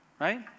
right